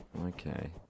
Okay